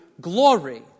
glory